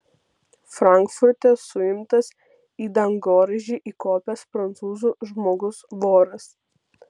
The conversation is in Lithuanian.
frankfurte suimtas į dangoraižį įkopęs prancūzų žmogus voras